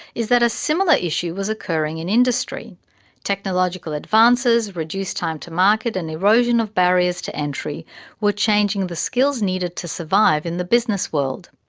is that a similar issue was occurring in industry technological advances, reduced time to market and erosion of barriers to entry were changing the skills needed to survive in the business world.